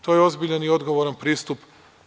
To je ozbiljan i odgovoran pristup.